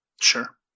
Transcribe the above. Sure